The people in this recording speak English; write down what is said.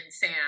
sam